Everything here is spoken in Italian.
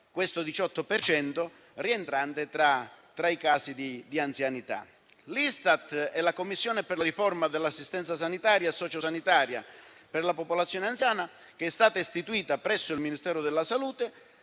cento rientra tra i casi di anzianità. L'Istat e la commissione per la riforma dell'assistenza sanitaria e sociosanitaria della popolazione anziana, istituita presso il Ministero della salute,